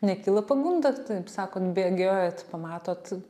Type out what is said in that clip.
nekyla pagunda taip sakot bėgiojat pamatot